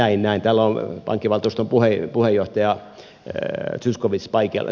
täällä on pankkivaltuuston puheenjohtaja zyskowicz paikalla